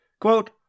Quote